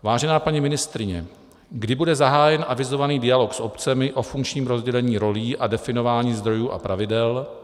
Vážená paní ministryně, kdy bude zahájen avizovaný dialog s obcemi o funkčním rozdělení rolí a definování zdrojů a pravidel?